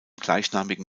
gleichnamigen